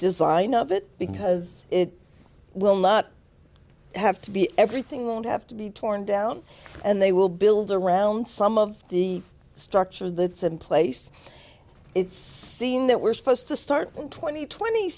design of it because it will not have to be everything won't have to be torn down and they will build around some of the structures that some place it's seen that we're supposed to start twenty twenty